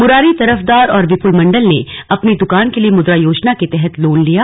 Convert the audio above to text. मुरारी तरफदार और विपुल मंडल ने अपनी द्कान के लिए मुद्रा योजना के तहत लोन लिया